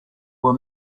were